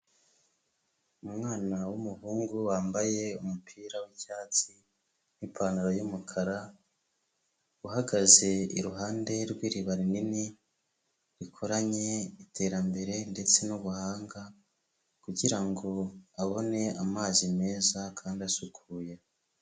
Umwana w'umuhungu wambaye umupira wicyatsi n'ipantaro y'umukara, uhagaze iruhande rw'iriba rinini, rikoranye iterambere ndetse nubuhanga, kugira ngo abone amazi meza kandi asukuye.